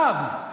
רב,